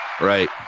Right